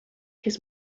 his